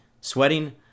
sweating